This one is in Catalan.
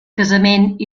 casament